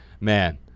man